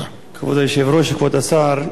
השר,